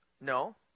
No